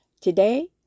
Today